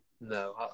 no